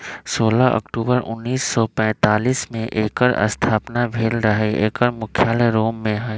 सोलह अक्टूबर उनइस सौ पैतालीस में एकर स्थापना भेल रहै एकर मुख्यालय रोम में हइ